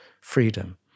freedom